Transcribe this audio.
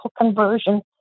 conversion